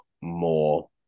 more